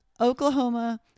Oklahoma